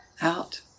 out